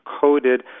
coded